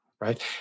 right